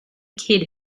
kid